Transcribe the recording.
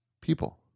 people